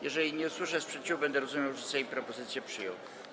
Jeżeli nie usłyszę sprzeciwu, będę rozumiał, że Sejm propozycję przyjął.